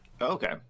Okay